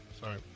Sorry